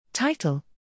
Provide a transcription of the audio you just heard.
Title